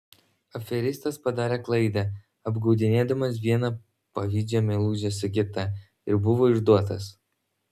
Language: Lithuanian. aferistas padarė klaidą apgaudinėdamas vieną pavydžią meilužę su kita ir buvo išduotas